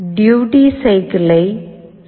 duty சைக்கிள்ளை 0